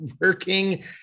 working